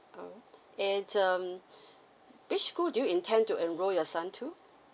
um and um which school do you intend to enrol your son to